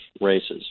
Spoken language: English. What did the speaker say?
races